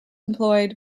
employed